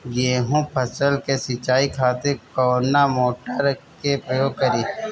गेहूं फसल के सिंचाई खातिर कवना मोटर के प्रयोग करी?